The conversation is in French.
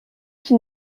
qui